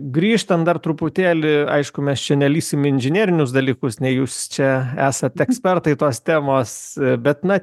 grįžtant dar truputėlį aišku mes čia nelįsim inžinerinius dalykus ne jūs čia esat ekspertai tos temos bet na